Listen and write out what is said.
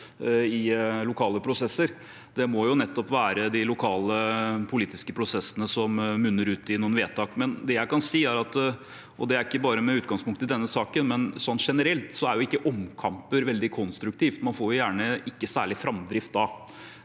i lokale prosesser. Det må jo være de lokale politiske prosessene som skal munne ut i noen vedtak. Det jeg kan si – og det er ikke bare med utgangspunkt i denne saken, men mer generelt – er at omkamper ikke er veldig konstruktive. Man får gjerne ikke noe særlig framdrift av